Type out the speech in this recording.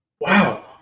Wow